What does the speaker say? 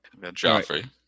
Joffrey